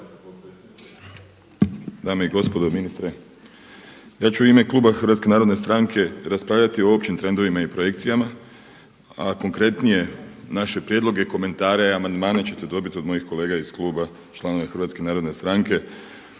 dame i gospodo, ministre. Ja ću u ime kluba HNS-a raspravljati o općim trendovima i projekcijama a konkretnije naše prijedloge, komentare, amandmane ćete dobiti od mojih kolega iz kluba članova HNS-a koji će se